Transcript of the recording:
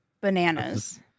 bananas